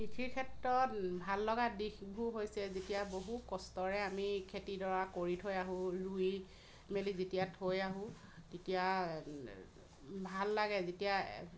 কৃষিৰ ক্ষেত্ৰত ভাললগা দিশবোৰ হৈছে যেতিয়া বহু কষ্টৰে আমি খেতিডৰা কৰি থৈ আহোঁ ৰুই মেলি যেতিয়া থৈ আহোঁ তেতিয়া ভাল লাগে যেতিয়া